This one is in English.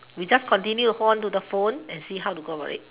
we just continue hold on to the phone and see how to go about it